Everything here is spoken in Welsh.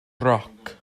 roc